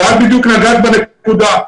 את נגעת בדיוק בנקודה.